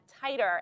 tighter